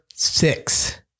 Six